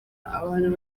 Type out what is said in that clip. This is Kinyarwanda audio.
abantu